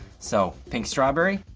so pink strawberry.